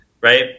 right